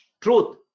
truth